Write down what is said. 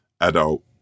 adult